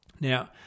Now